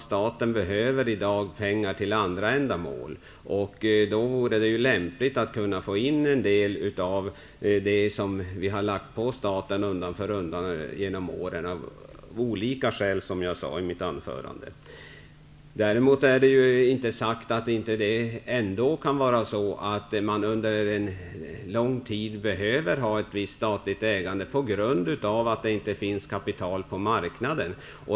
Staten behöver i dag pengar till andra ändamål, och då vore det ju lämpligt att kunna få in en del av det som staten har satsat i företagen under åren -- av olika skäl, som jag sade i mitt huvudanförande. Däremot är det ju inte sagt att man inte kan under en lång tid behöva ha ett visst statligt ägande, på grund av att det inte finns kapital på marknaden.